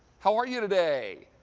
how are you today?